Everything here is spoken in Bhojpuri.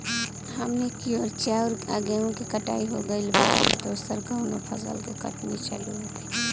हमनी कियोर चाउर आ गेहूँ के कटाई हो गइल बा अब दोसर कउनो फसल के कटनी चालू होखि